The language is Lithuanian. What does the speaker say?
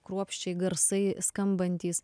kruopščiai garsai skambantys